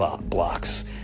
blocks